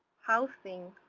housing,